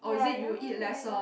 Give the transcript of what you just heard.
ya I never really like